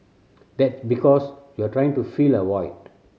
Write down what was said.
that's because you're trying to fill a void